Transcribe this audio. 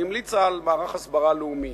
היא המליצה על מערך הסברה לאומי.